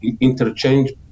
interchange